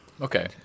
Okay